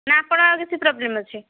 ନାଁ ଆପଣଙ୍କର ଆଉ କିଛି ପ୍ରୋବ୍ଲେମ୍ ଅଛି